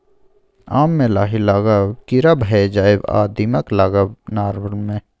आम मे लाही लागब, कीरा भए जाएब आ दीमक लागब नार्मल छै